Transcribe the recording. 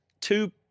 two